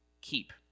keep